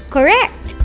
Correct